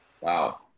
Wow